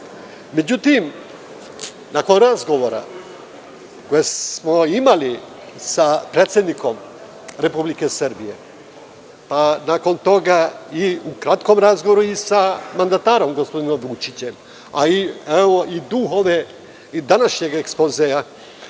nakon razgovora koje smo imali sa predsednikom Republike Srbije, nakon toga i u kratkom razgovoru sa mandatarom, gospodinom Vučićem, a i duh današnjeg ekspozea